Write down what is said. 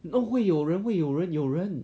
都会有人会有人有人